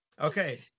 Okay